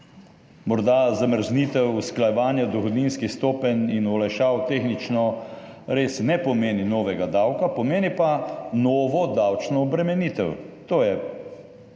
Morda zamrznitev usklajevanja dohodninskih stopenj in olajšav tehnično res ne pomeni novega davka, pomeni pa novo davčno obremenitev. To je